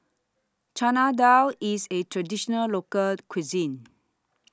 Chana Dal IS A Traditional Local Cuisine